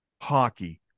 hockey